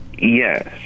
Yes